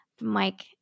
Mike